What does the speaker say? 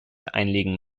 einlegen